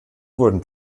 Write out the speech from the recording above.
wurden